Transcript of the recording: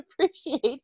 appreciate